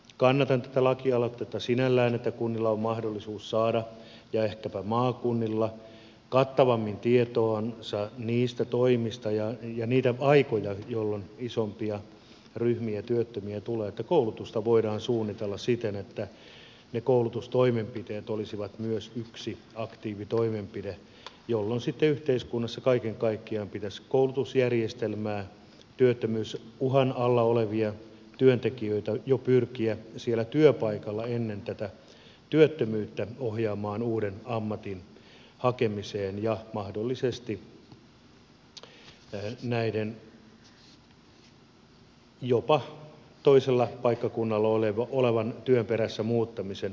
kannatan tätä lakialoitetta sinällään että kunnilla on mahdollisuus saada ja ehkäpä maakunnilla kattavammin tietoonsa niitä toimia ja niitä aikoja jolloin isompia ryhmiä työttömiä tulee että koulutusta voidaan suunnitella siten että ne koulutustoimenpiteet olisivat myös yksi aktiivitoimenpide jolloin sitten yhteiskunnassa kaiken kaikkiaan pitäisi työttömyysuhan alla olevia työntekijöitä pyrkiä jo siellä työpaikalla ennen tätä työttömyyttä ohjaamaan uuden ammatin hakemiseen ja mahdollisesti jopa toisella paikkakunnalla olevan työn perässä muuttamisen kynnysaitoja tulisi huomattavasti helpottaa